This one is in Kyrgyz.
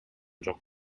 жок